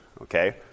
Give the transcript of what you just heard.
okay